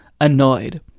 annoyed